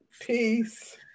Peace